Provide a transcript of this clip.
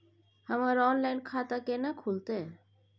हमर ऑनलाइन खाता केना खुलते?